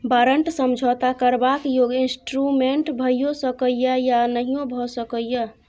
बारंट समझौता करबाक योग्य इंस्ट्रूमेंट भइयो सकै यै या नहियो भए सकै यै